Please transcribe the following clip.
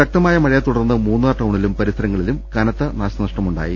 ശക്തമായ മഴയെ തുടർന്ന് മൂന്നാർ ടൌണിലും പരിസരങ്ങളിലും കനത്ത നാശനഷ്ടം ഉണ്ടായി